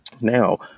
Now